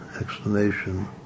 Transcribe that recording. explanation